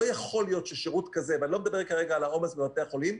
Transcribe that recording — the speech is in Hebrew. לא יכול להיות ששרות כזה ואני לא מדבר כרגע על העומס בבתי החולים,